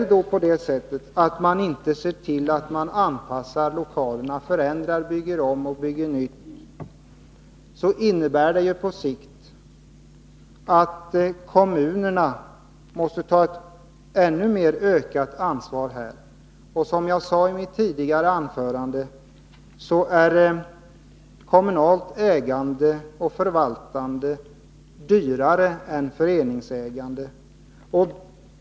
Åstadkommer man inte en anpassning av lokalerna — förändrar, bygger om och bygger nytt — innebär det på sikt att kommunerna måste ta ett ännu större ansvar. Som jag sade i mitt tidigare anförande är kommunalt ägande och förvaltande dyrare än föreningsägande.